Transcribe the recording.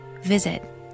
visit